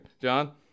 John